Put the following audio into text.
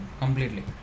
Completely